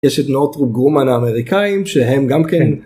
יש את נורתרופ גרומן האמריקאים שהם גם כן